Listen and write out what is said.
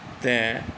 तैँ